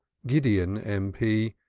gideon, m p,